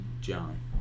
John